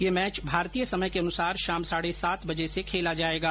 यह मैच भारतीय समय के अनुसार शाम साढ़े सात बजे से खेला जाएगा